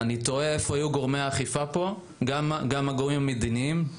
אני תוהה איפה היו גורמי האכיפה והגורמים המדיניים.